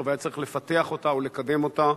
והיה צריך לפתח אותה ולקדם אותה,